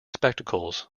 spectacles